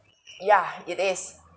yeah it is